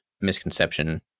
misconception